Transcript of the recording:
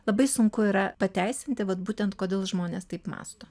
labai sunku yra pateisinti vat būtent kodėl žmonės taip mąsto